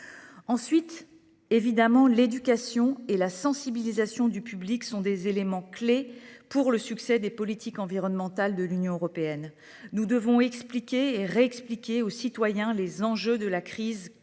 Ensuite, l’éducation et la sensibilisation du public sont des éléments clés pour le succès des politiques environnementales de l’Union européenne. Nous devons expliquer, et réexpliquer, aux citoyens les enjeux de la crise climatique